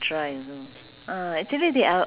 ah and also